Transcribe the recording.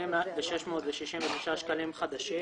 138,669 שקלים חדשים".